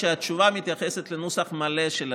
שהתשובה מתייחסת לנוסח המלא של השאילתה.